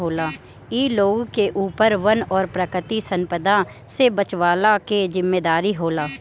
इ लोग के ऊपर वन और प्राकृतिक संपदा से बचवला के जिम्मेदारी होला